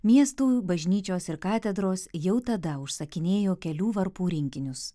miestų bažnyčios ir katedros jau tada užsakinėjo kelių varpų rinkinius